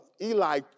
Eli